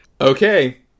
Okay